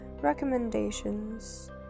recommendations